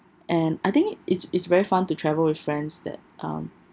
and I think it's it's very fun to travel with friends that um